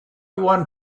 want